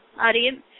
audience